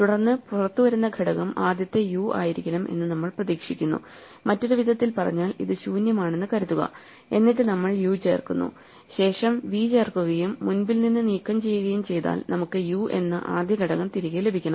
തുടർന്ന് പുറത്തുവരുന്ന ഘടകം ആദ്യത്തെ u ആയിരിക്കണം എന്ന് നമ്മൾ പ്രതീക്ഷിക്കുന്നു മറ്റൊരു വിധത്തിൽ പറഞ്ഞാൽ ഇത് ശൂന്യമാണെന്ന് കരുതുക എന്നിട്ട് നമ്മൾ u ചേർക്കുന്നു ശേഷം v ചേർക്കുകയും മുൻപിൽ നിന്ന് നീക്കം ചെയ്യുകയും ചെയ്താൽ നമുക്ക് u എന്ന ആദ്യ ഘടകം തിരികെ ലഭിക്കണം